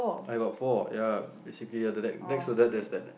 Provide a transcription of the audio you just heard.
I got four ya basically ah the ne~ next to that there's that